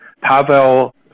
Pavel